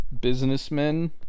Businessmen